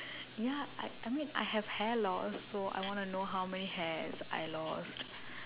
ya I I mean I have hair lost so I want to know how many hairs I lost